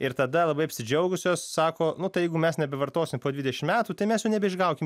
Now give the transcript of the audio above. ir tada labai apsidžiaugusios sako nu tai jeigu mes nebevartosim po dvidešim metų tai mes jų nebeišgaukim